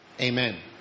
Amen